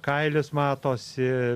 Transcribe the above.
kailis matosi